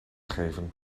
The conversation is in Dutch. geven